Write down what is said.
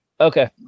Okay